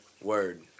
word